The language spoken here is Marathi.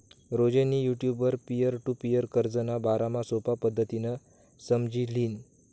राजेंनी युटुबवर पीअर टु पीअर कर्जना बारामा सोपा पद्धतीनं समझी ल्हिनं